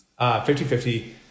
50-50